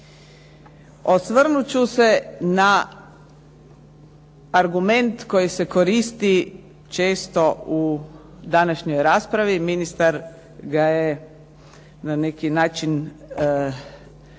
Osvrnut ću se na argument koji se koristi često u današnjoj raspravi. Ministar ga je na neki način